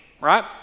right